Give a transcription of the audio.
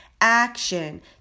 Action